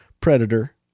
Predator